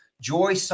Joy